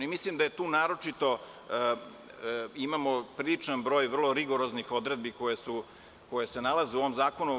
Mislim da tu naročito imamo priličan broj vrlo rigoroznih odredbi koje se nalaze u ovom zakonu.